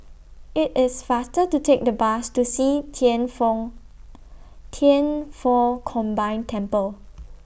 IT IS faster to Take The Bus to See Thian Foh Thian Foh Combined Temple